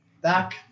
Back